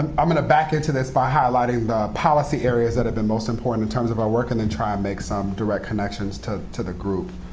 i'm going to back into this by highlighting policy areas that have been most important in terms of our work, and then try and make some direct connections to to the group.